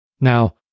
Now